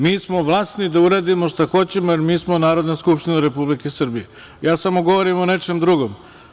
Mi smo vlasni da uradimo šta hoćemo, jer mi smo Narodna skupština Republike Srbije, samo govorim o nečem drugom.